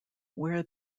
where